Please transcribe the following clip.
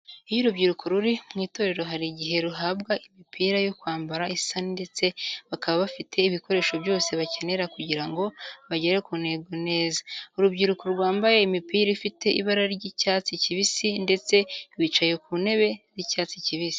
Iyo urubyiruko ruri mu itorero hari igihe ruhabwa imipira yo kwambara isa ndetse bakaba bafite ibikoresho byose bakenera kugirango bagere ku ntego neza. Urubyiruko rwambaye imipira ifite ibara ry'icyatsi kibisi ndetse bicaye ku ntebe z'icyatsi kibisi.